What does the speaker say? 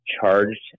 charged